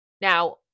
Now